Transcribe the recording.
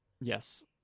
Yes